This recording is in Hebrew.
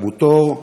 באבו-תור,